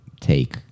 take